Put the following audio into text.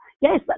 yes